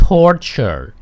Torture